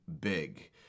big